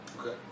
Okay